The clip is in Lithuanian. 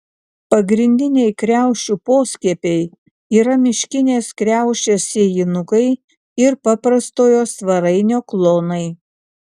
pagrindiniai kriaušių poskiepiai yra miškinės kriaušės sėjinukai ir paprastojo svarainio klonai